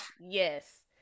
Yes